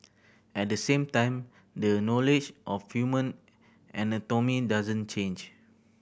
at the same time the knowledge of human anatomy doesn't change